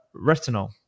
retinol